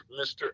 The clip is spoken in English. Mr